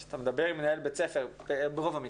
כשאתה מדבר עם מנהל בית ספר ברוב המקרים,